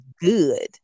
good